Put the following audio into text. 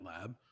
lab